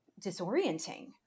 disorienting